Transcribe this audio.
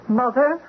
mother